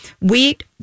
Wheat